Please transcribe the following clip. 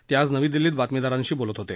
ते आज नवी दिल्लीत बातमीदारांशी बोलत होते